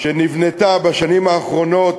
שנבנתה בשנים האחרונות,